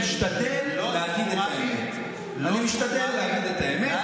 אני משתדל להגיד את האמת.